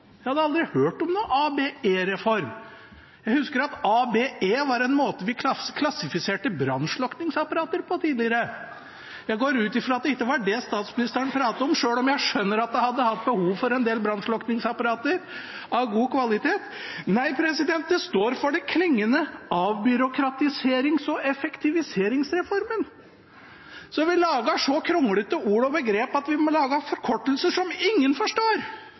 Jeg hadde aldri hørt om noen ABE-reform. Jeg husker at ABE var en måte vi klassifiserte brannslukningsapparater på tidligere. Jeg går ut fra at det ikke var det statsministeren pratet om, selv om jeg skjønner at man hadde hatt behov for en del brannslukningsapparater av god kvalitet. Nei, det står for det klingende «avbyråkratiserings- og effektiviseringsreformen». Vi lager så kronglete ord og begreper at vi må lage forkortelser som ingen forstår,